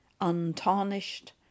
untarnished